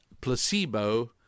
placebo